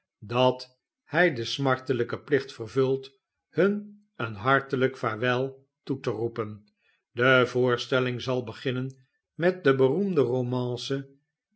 dat hij den smartelijken plicht vervult hun een hartelijk vaarwel toe te roepen de voorstelling zal beginnen met de beroemde romance